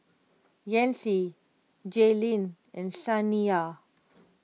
Yancy Jaylyn and Saniya